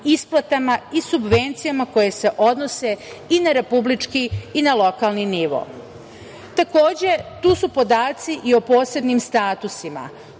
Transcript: isplatama i subvencijama koje se odnose i na republički i na lokalni nivo. Takođe, tu su podaci i o posebnim statusima,